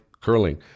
curling